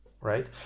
right